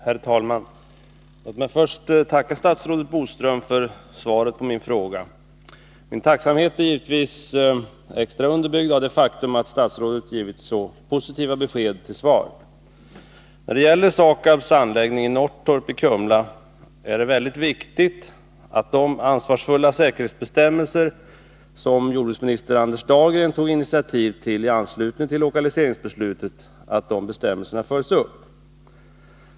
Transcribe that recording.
Herr talman! Låt mig först tacka statsrådet Boström för svaret på min fråga. Min tacksamhet blir givetvis extra underbyggd av det faktum att statsrådet givit så positiva besked till svar. : När det gäller SAKAB:s anläggning i Norrtorp i Kumla är det viktigt att de av ansvarskänsla präglade säkerhetsbestämmelser som jordbruksminister Anders Dahlgren tog initiativ till i anslutning till lokaliseringsbeslutet följs upp.